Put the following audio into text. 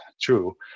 true